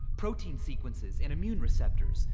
protein sequences and immune receptors,